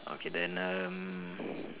okay then um